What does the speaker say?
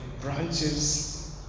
branches